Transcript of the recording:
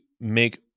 make